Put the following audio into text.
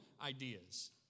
ideas